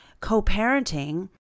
co-parenting